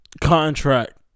contract